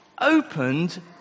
opened